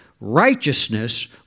righteousness